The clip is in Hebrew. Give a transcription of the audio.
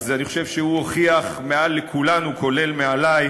אז אני חושב שהוא הוכיח מעל לכולנו, כולל מעלי,